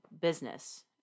business